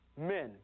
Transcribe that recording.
men